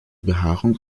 behaarung